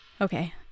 Okay